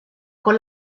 con